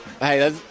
Hey